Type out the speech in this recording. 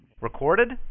Recorded